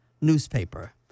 newspaper